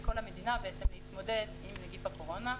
ולכל המדינה להתמודד עם נגיף הקורונה.